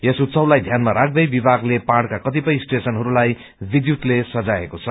यस उत्सवलाई ध्यानमा राख्दै विभागले पहाड़का कतिपय स्टेशनहरूलाई विद्युतले सजाइएको छ